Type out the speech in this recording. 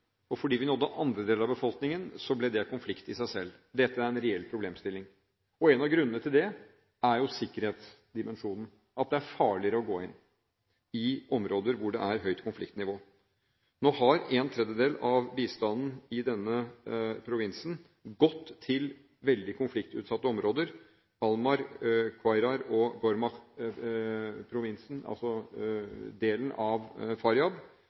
og fordi vi nådde andre deler av befolkningen, ble det en konflikt i seg selv. Dette er en reell problemstilling. En av grunnene til det er jo sikkerhetsdimensjonen, at det er farligere å gå inn i områder hvor det er et høyt konfliktnivå. Nå har en tredjedel av bistanden i denne provinsen gått til veldig konfliktutsatte områder som Almar, Qaysar og Ghowrmach-provinsen – altså delen av